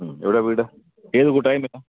ഉം എവിടെയാണു വീട് ഏത് കൂട്ടായ്മയാണ്